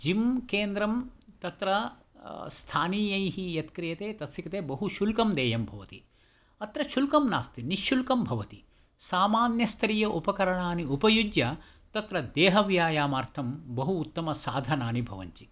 gym केन्द्रं तत्र स्थानीयैः यत् क्रियते तस्य कृते बहु शुल्कं देयं भवति अत्र शुल्कं नास्ति निःशुल्कं भवति सामान्यस्तरीय उपकरणानि उपयुज्य तत्र देहव्यायामार्थं बहु उत्तमसाधनानि भवन्ति